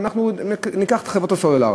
ניקח את חברות הסלולר,